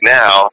now